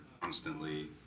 constantly